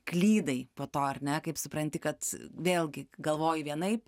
klydai po to ar ne kaip supranti kad vėlgi galvoji vienaip